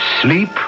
sleep